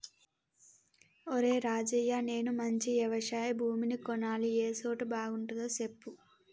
ఒరేయ్ రాజయ్య నేను మంచి యవశయ భూమిని కొనాలి ఏ సోటు బాగుంటదో సెప్పు